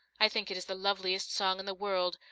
i think it is the loveliest song in the world,